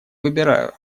выбираю